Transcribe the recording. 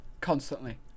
constantly